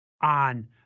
on